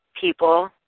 people